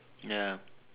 ya